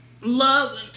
love